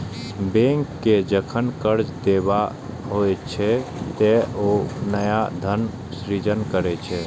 bank कें जखन कर्ज देबाक होइ छै, ते ओ नया धनक सृजन करै छै